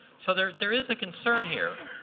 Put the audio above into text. so there there is a concern here,